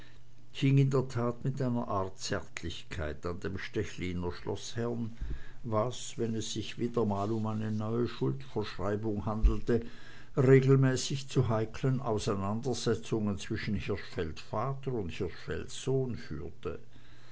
in der tat mit einer art zärtlichkeit an dem stechliner schloßherrn was wenn es sich mal wieder um eine neue schuldverschreibung handelte regelmäßig zu heikeln auseinandersetzungen zwischen hirschfeld vater und hirschfeld sohn führte